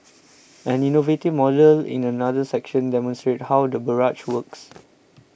an innovative model in another section demonstrates how the barrage works